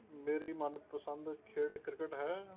ਮੇਰੀ ਮਨਪਸੰਦ ਖੇਡ ਕ੍ਰਿਕਟ ਹੈ